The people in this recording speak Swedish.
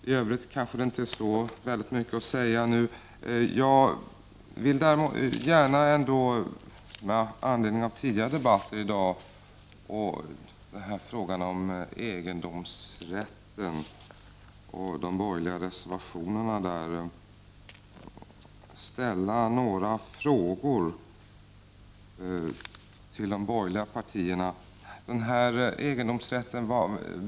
I övrigt är det inte så mycket att säga nu, men jag vill gärna med anledning av tidigare debatter i dag i frågan om egendomsrätten och de borgerliga reservationerna ställa några frågor till de borgerliga partierna.